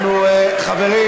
הצבעתי בשם חיליק בר.